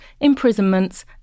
imprisonments